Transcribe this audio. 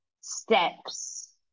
Steps